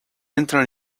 enter